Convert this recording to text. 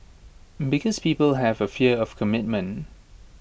because people have A fear of commitment